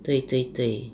对对对